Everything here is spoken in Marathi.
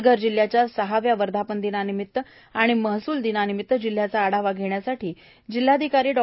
पालघर जिल्ह्याच्या सहाव्या वर्धापन दिनानिमित्त आणि महसूल दिनानिमित्त जिल्ह्याचा आढावा घेण्यासाठी जिल्हाधिकारी डॉ